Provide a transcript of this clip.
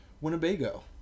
Winnebago